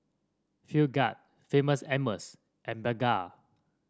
Film Grade Famous Amos and Bengay